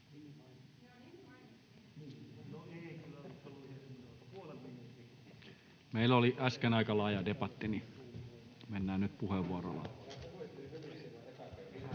Meillä oli äsken aika laaja debatti, niin että mennään nyt puheenvuoroilla.